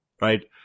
right